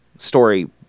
story